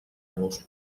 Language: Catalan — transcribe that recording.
los